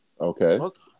Okay